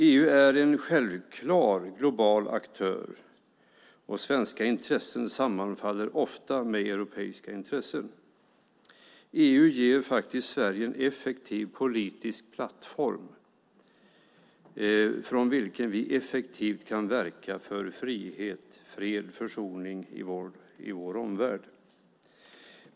EU är en självklar global aktör, och svenska intressen sammanfaller ofta med europeiska intressen. EU ger Sverige en effektiv politisk plattform från vilken vi effektivt kan verka för frihet, fred och försoning i vår omvärld.